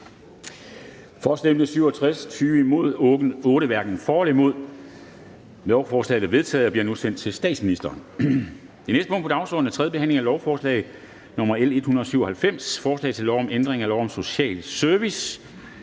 for eller imod stemte 8 (DF). Lovforslaget er vedtaget og bliver nu sendt til statsministeren. --- Det næste punkt på dagsordenen er: 13) 3. behandling af lovforslag nr. L 197: Forslag til lov om ændring af lov om social service.